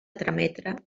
trametre